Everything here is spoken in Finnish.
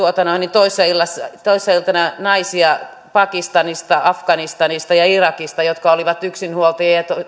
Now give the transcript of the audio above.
toissailtana toissailtana pakistanista afganistanista ja irakista naisia jotka olivat yksinhuoltajia ja